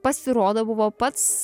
pasirodo buvo pats